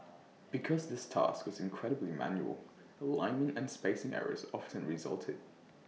because this task was incredibly manual alignment and spacing errors often resulted